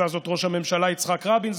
עשה זאת ראש הממשלה יצחק רבין,